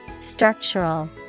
Structural